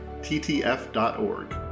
ttf.org